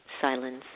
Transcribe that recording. silence